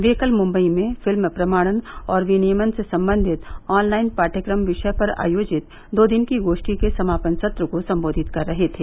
वे कल मुम्बई में फिल्म प्रमाणन और विनियमन से संबंधित ऑनलाइन पाठ्यक्रम विषय पर आयोजित दो दिन की गोष्ठी के समापन सत्र को सम्बोधित कर रहे थे